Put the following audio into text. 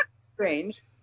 Strange